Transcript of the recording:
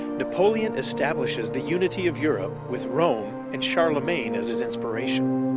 napoleon establishes the unity of europe with rome and charlemagne as his inspiration.